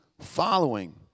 following